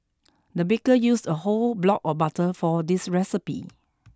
the baker used a whole block of butter for this recipe